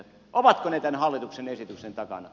ovatko ne tämän hallituksen esityksen takana